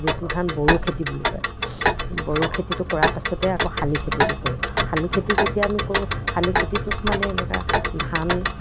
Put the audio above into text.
যিটো ধান বড়ো খেতি বুলি কয় বড়ো খেতিটো কৰা পাছতে আকৌ শালি খেতিটো কৰোঁ শালি খেতি যেতিয়া আমি কৰোঁ শালি খেতিটোত মানে এনেকুৱা ধান